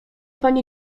panie